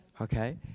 Okay